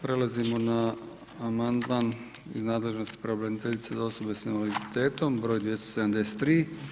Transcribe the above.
Prelazimo na amandman iz nadležnosti pravobraniteljice za osobe sa invaliditetom br. 273.